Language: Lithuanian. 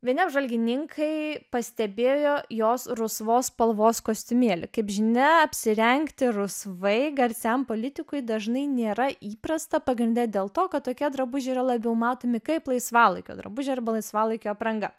vieni apžvalgininkai pastebėjo jos rusvos spalvos kostiumėlį kaip žinia apsirengti rusvai garsiam politikui dažnai nėra įprasta pagrinde dėl to kad tokie drabužiai yra labiau matomi kaip laisvalaikio drabužiai arba laisvalaikio apranga